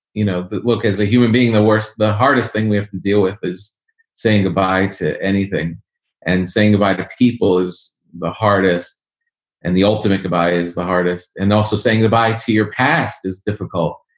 you know, but look, as a human being, the worst the hardest thing we have to deal with is saying goodbye to anything and saying goodbye to people is the hardest and the ultimate goodbye is the hardest. and also saying goodbye to your past is difficult.